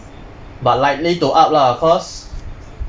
but likely to up lah cause